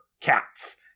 cats